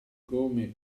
come